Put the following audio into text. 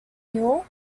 hill